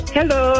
Hello